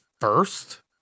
First